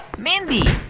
mindy